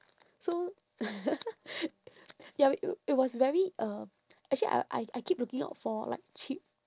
so ya it w~ it was very um actually I I I keep looking out for like cheap